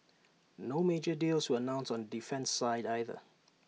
no major deals were announced on the defence side either